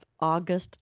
August